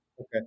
Okay